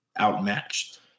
outmatched